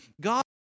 God